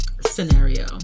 scenario